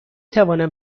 توانم